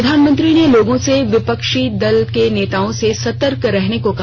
प्रधानमंत्री ने लोगों से विपक्षी दलों के नेताओं से सतर्क रहने को कहा